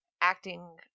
acting